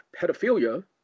pedophilia